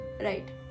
right